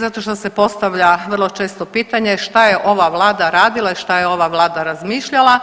Zato što se postavlja vrlo često pitanje šta je ova vlada radila i šta je ova vlada razmišljala,